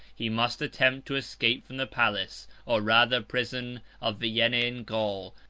he must attempt to escape from the palace, or rather prison, of vienna in gaul,